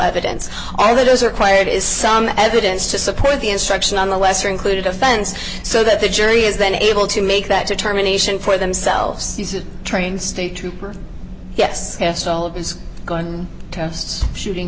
evidence all of those are quiet is some evidence to support the instruction on the lesser included offense so that the jury is then able to make that determination for themselves train state trooper yes yes all of his gun tests shooting